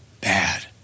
Bad